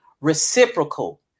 reciprocal